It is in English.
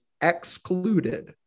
excluded